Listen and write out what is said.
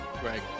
Greg